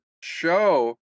show